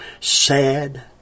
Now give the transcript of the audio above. sad